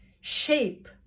shape